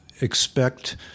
expect